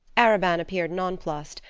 arobin appeared nonplused,